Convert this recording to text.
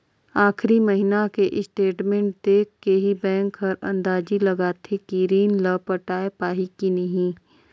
आखरी महिना के स्टेटमेंट देख के ही बैंक हर अंदाजी लगाथे कि रीन ल पटाय पाही की नही